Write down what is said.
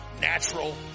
Natural